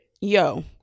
Yo